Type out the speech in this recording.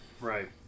Right